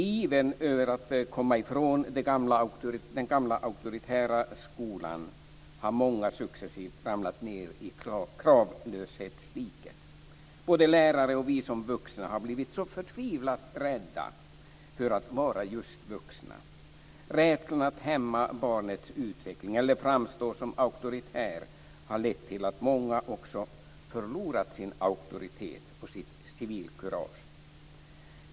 I ivern att komma bort från den gamla auktoritära skolan har många successivt ramlar ned i kravlöshetsdiket. Både lärare och vi som vuxna har blivit så förtvivlat rädda för att vara just vuxna. Rädslan för att man ska hämma barnets utveckling eller framstå som auktoritär har lett till att många har förlorat sin auktoritet och sitt civilkurage.